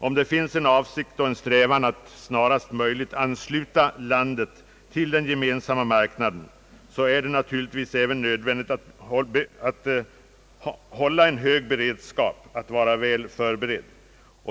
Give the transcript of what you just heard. Om det finns en strävan att snarast möjligt ansluta Sverige till den gemensamma marknaden, så är det naturligtvis även nödvändigt att hålla en hög beredskap, att vara väl förberedd.